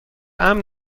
امن